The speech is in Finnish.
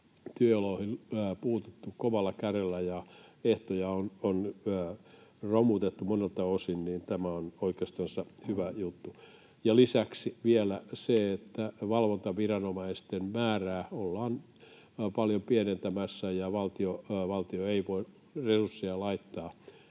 työoloihin puututtu kovalla kädellä ja ehtoja on romutettu monelta osin, niin tämä on oikeastansa hyvä juttu. Lisäksi vielä on se, että koska valvontaviranomaisten määrää ollaan paljon pienentämässä ja valtio ei voi resursseja laittaa